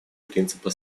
принципа